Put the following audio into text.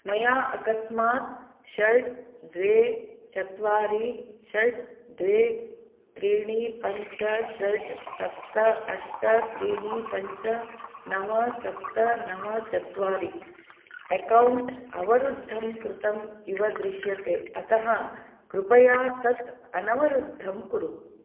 मया अकस्मात् षट् द्वे चत्वारि षट् द्वे त्रीणि पञ्च षट् सप्त अष्ट त्रीणि पञ्च नव सप्त नव चत्वारि अक्कौण्ट् अवरुद्धं कृतम् इव दृश्यते अतः कृपया तत् अनवरुद्धं कुरु